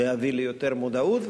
להביא ליותר מודעות,